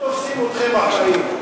תופסים אתכם אחראים.